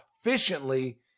efficiently